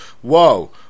whoa